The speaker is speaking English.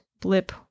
blip